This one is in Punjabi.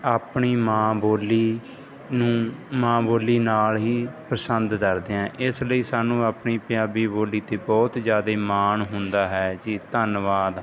ਆਪਣੀ ਮਾਂ ਬੋਲੀ ਨੂੰ ਮਾਂ ਬੋਲੀ ਨਾਲ ਹੀ ਪਸੰਦ ਕਰਦੇ ਹਾਂ ਇਸ ਲਈ ਸਾਨੂੰ ਆਪਣੀ ਪੰਜਾਬੀ ਬੋਲੀ 'ਤੇ ਬਹੁਤ ਜ਼ਿਆਦਾ ਮਾਣ ਹੁੰਦਾ ਹੈ ਜੀ ਧੰਨਵਾਦ